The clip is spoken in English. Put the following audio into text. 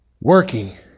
working